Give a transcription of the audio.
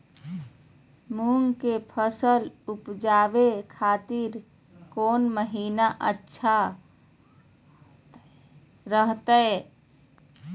मूंग के फसल उवजावे खातिर कौन महीना अच्छा रहतय?